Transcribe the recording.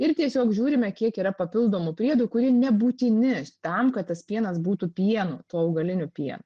ir tiesiog žiūrime kiek yra papildomų priedų kurie nebūtini tam kad tas pienas būtų pienu tuo augaliniu pienu